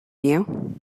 you